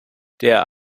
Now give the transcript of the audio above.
der